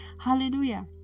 Hallelujah